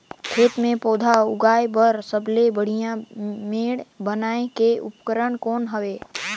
खेत मे पौधा उगाया बर सबले बढ़िया मेड़ बनाय के उपकरण कौन हवे?